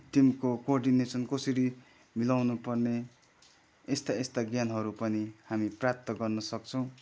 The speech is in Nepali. टिमको कोर्डिनेसन कसरी मिलाउनु पर्ने यस्ता यस्ता ज्ञानहरू पनि हामी प्राप्त गर्न सक्छौँ